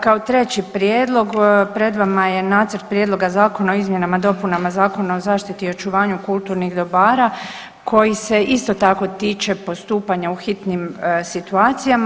Kao treći prijedlog pred vama je nacrt prijedloga Zakona o izmjenama i dopunama Zakona o zaštiti i očuvanju kulturnih dobara koji se isto tako tiče postupanja u hitnim situacijama.